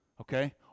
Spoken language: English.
okay